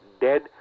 dead